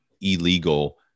illegal